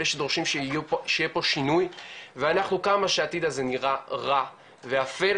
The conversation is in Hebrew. אלה שדורשים שיהיה פה שינוי ואנחנו עד כמה שהעתיד הזה נראה רע ואפל,